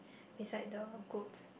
beside the goats